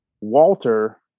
walter